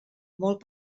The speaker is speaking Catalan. molt